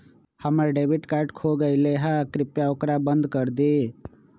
हम्मर debit card खो गयले है, कृपया ओकरा बंद कर दे